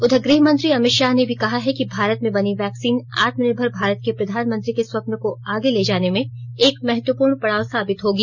उधर गृह मंत्री अमित शाह ने भी कहा है कि भारत में बनी वैक्सीन आत्मनिर्भर भारत के प्रधानमंत्री के स्वप्न को आगे ले जाने में एक महत्वपूर्ण पड़ाव साबित होगी